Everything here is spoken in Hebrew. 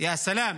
יא סלאם.